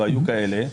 והיו כאלה,